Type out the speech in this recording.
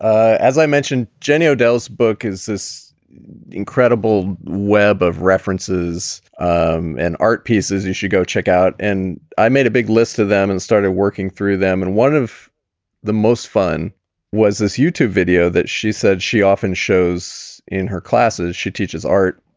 as i mentioned, jenny odell's book is this incredible web of references um and art pieces you should go check out. and i made a big list of them and started working through them and one of the most fun was this youtube video that she said she often shows in her classes. she teaches art